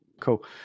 Cool